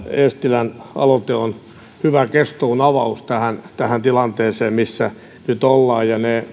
eestilän aloite on hyvä keskustelun avaus tähän tähän tilanteeseen missä nyt ollaan